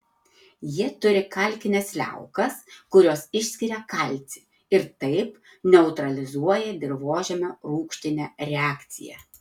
jie turi kalkines liaukas kurios išskiria kalcį ir taip neutralizuoja dirvožemio rūgštinę reakciją